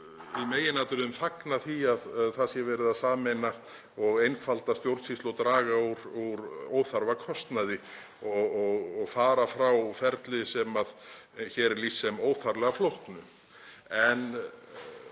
í meginatriðum að verið sé að sameina og einfalda stjórnsýslu og draga úr óþarfakostnaði og fara frá ferli sem hér er lýst sem óþarflega flóknu. En